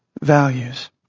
values